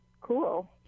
cool